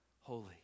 holy